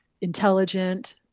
intelligent